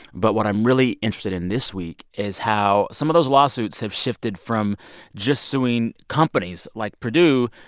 but what i'm really interested in this week is how some of those lawsuits have shifted from just suing companies, like purdue,